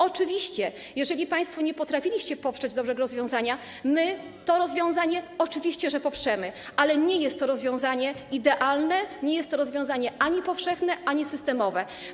Oczywiście, jeżeli państwo nie potrafiliście poprzeć dobrego rozwiązania, my to rozwiązanie oczywiście poprzemy, ale nie jest to rozwiązanie idealne, nie jest to rozwiązanie ani powszechne, ani systemowe.